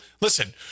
Listen